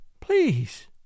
Please